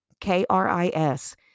K-R-I-S